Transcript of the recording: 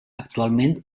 actualment